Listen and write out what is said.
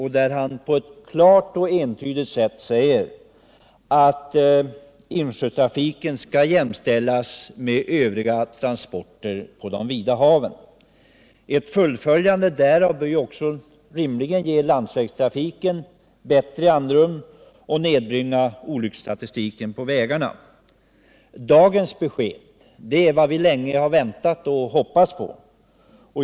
Han har på ett klart och entydigt sätt deklarerat att insjötrafiken skall jämställas med transporter på de vida haven. Ett fullföljande därav bör rimligen ge landsvägstrafiken bättre svängrum och nedbringa olycksstatistiken på våra vägar. Dagens besked är vad vi länge väntat och hoppats på.